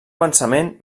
pensament